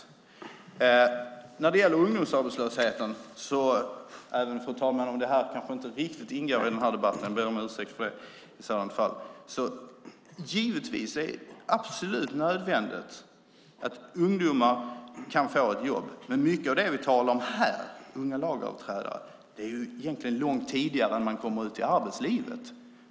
Jag vill också säga något om ungdomsarbetslösheten, även om den kanske inte riktigt ingår i den här debatten, fru talman. I sådant fall ber jag om ursäkt. Givetvis är det absolut nödvändigt att ungdomar kan få ett jobb. Men mycket av det som vi talar om här, unga lagöverträdare, handlar egentligen om något långt tidigare än när man kommer ut i arbetslivet.